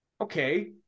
okay